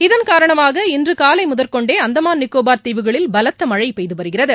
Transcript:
இதன் காரணமாக இன்று காலை முதற்கொண்டே அந்தமான் நிக்கோபாா் தீவுகளில் பலத்தமழை பெய்து வருகிறது